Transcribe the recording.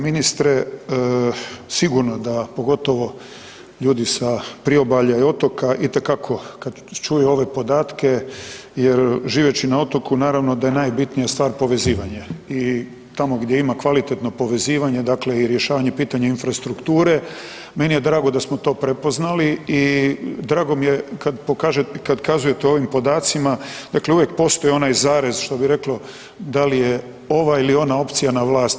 Ministre, sigurno da, pogotovo ljudi sa priobalja i otoka, itekako, kad čuju ove podatke jer živeći na otoku naravno da je najbitnija stvar povezivanje i tamo gdje ima kvalitetno povezivanje, dakle i rješavanje pitanja infrastrukture, meni je drago da smo to prepoznali i drago mi je kad kazujete ovim podacima, dakle uvijek postoji onaj zarez, što bi reklo da li je ova ili ona opcija na vlasti.